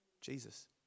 Jesus